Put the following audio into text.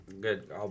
good